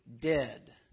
dead